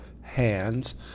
hands